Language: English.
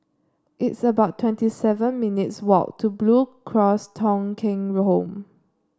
it's about twenty seven minutes' walk to Blue Cross Thong Kheng Home